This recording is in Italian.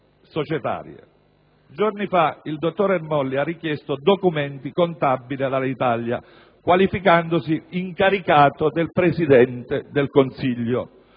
societarie. Giorni fa il dottor Ermolli ha richiesto documenti contabili ad Alitalia, qualificandosi come incaricato del Presidente del Consiglio.